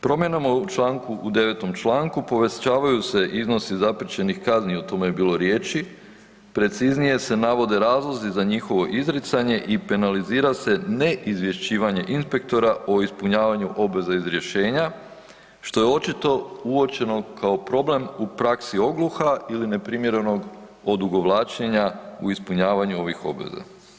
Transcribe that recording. Promjenama u 9. Članku povećavaju se iznosi zapriječenih kazni, o tome je bilo riječi, preciznije se navode razlozi za njihovo izricanje i penalizira se ne izvješćivanje inspektora o ispunjavanju obveza iz rješenja što je očito uočeno kao problem u praksi ogluha ili neprimjerenog odugovlačenja u ispunjavanju ovih obveza.